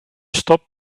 stop